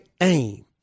aim